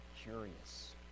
curious